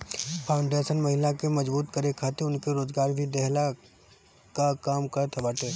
foundation महिला के मजबूत करे खातिर उनके रोजगार भी देहला कअ काम करत बाटे